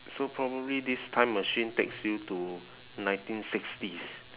so probably this time machine takes you to nineteen sixties